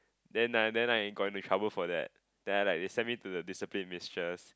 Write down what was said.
then I then I got into trouble for that then I like they send me to the discipline mistress